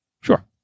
Sure